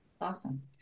awesome